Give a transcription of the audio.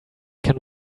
can